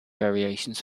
variations